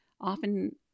often